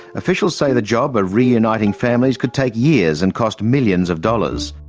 officials say the job of reuniting families could take years, and cost millions of dollars.